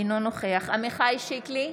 אינו נוכח עמיחי שיקלי,